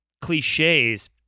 cliches